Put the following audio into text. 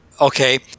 Okay